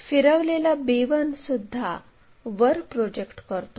फिरवलेला b1 सुद्धा वर project करतो